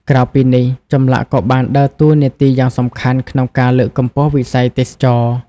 ក្រៅពីនេះ ចម្លាក់ក៏បានដើរតួនាទីយ៉ាងសំខាន់ក្នុងការលើកកម្ពស់វិស័យទេសចរណ៍។